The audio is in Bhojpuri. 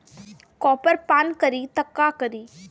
कॉपर पान करी तब का करी?